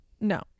no